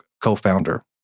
co-founder